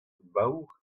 baour